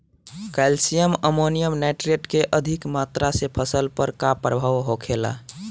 Calcium ammonium nitrate के अधिक मात्रा से फसल पर का प्रभाव होखेला?